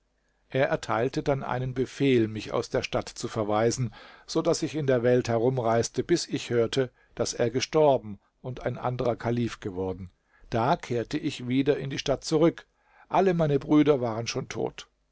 er erteilte dann einen befehl mich aus der stadt zu verweisen so daß ich in der welt herumreiste bis ich hörte daß er gestorben und ein anderer kalif geworden da kehrte ich wieder in die stadt zurück alle meine brüder waren schon tot